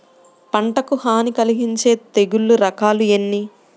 పంటకు హాని కలిగించే తెగుళ్ల రకాలు ఎన్ని?